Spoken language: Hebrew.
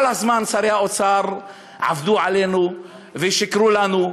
כל הזמן שרי האוצר עבדו עלינו ושיקרו לנו.